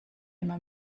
immer